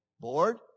board